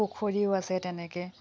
পুখুৰীও আছে তেনেকৈ